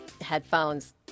headphones